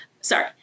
Sorry